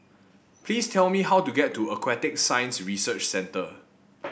please tell me how to get to Aquatic Science Research Centre